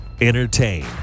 Entertain